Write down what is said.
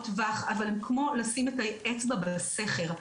טווח אבל הם כמו לשים את האצבע בסכר,